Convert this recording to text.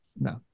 No